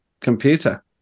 computer